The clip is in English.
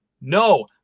No